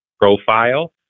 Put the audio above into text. profile